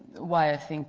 why i think